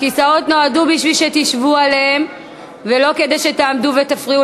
הכיסאות כאן הם כדי שתשבו עליהם ולא כדי שתעמדו ותפריעו